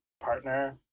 partner